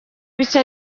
bike